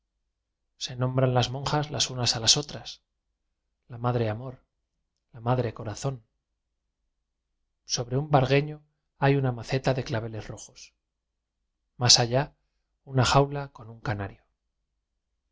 se nombran las monjas as unas a las oirás la madre amor la madre c o ra zó n sobre un vargueño hay una maceta de claveles rojos más allá una jaula con un canario